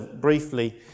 briefly